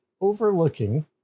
overlooking